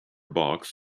box